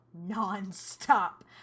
non-stop